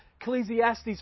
ecclesiastes